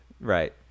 Right